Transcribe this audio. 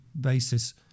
basis